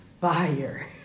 fire